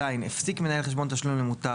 פעילות רחב 33. (ז) הפסיק מנהל חשבון תשלום למוטב